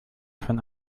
von